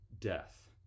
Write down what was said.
death